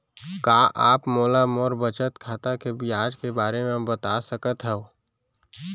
का आप मोला मोर बचत खाता के ब्याज के बारे म बता सकता हव?